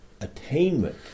attainment